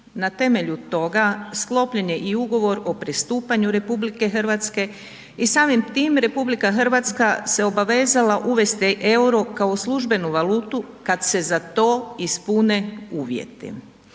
Na temelju toga sklopljen je i ugovor o pristupanju RH i samim tim RH se obavezala uvesti EUR-o kao službenu valutu kad se za to ispune uvjeti.